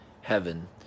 heaven